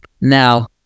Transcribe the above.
Now